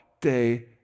day